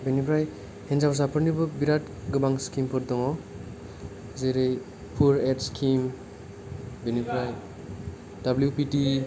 बेनिफ्राय हिनजावसाफोरनिबो बिराद गोबां स्किमफोर दङ जेरै फुर एइदस स्किम बेनिफ्राय दाब्लिउ पि टि